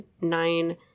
nine